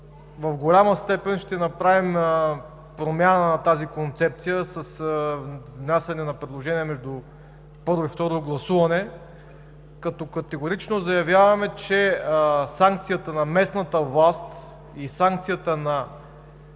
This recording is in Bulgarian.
в голяма степен ще направим промяна на тази концепция с внасяне на предложения между първо и второ гласуване като категорично заявяваме, че санкцията на местната власт и санкцията на